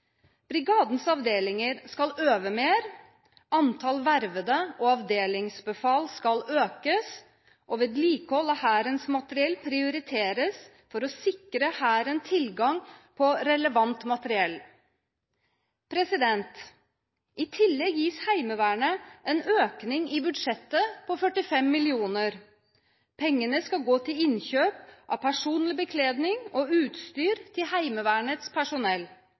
Brigadens avdelinger skal øve mer, antall vervede og avdelingsbefal skal økes og vedlikehold av Hærens materiell prioriteres for å sikre Hæren tilgang på relevant materiell. I tillegg gis Heimevernet en økning i budsjettet på 45 mill. kr. Pengene skal gå til innkjøp av personlig bekledning og utstyr til Heimevernets personell